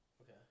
Okay